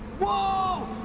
whoa!